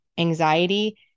Anxiety